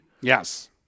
Yes